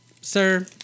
sir